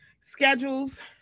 schedules